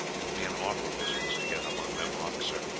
it will be an awful business to get among them rocks, sir,